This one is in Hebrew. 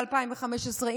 ב-2015,